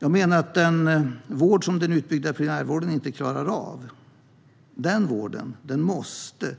Jag menar att den vård som den utbyggda primärvården inte klarar av måste